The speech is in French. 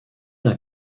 d’un